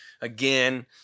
Again